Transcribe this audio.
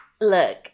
look